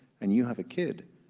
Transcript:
and you have a kid,